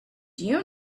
you